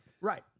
Right